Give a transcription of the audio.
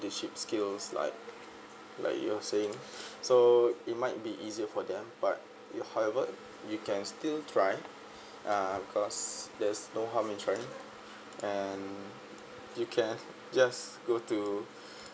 leadership skills like like you're saying so it might be easier for them but however you can still try uh because there's no harm in trying and you can just go to